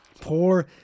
Poor